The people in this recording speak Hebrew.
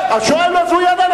ראש הממשלה,